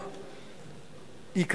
המים,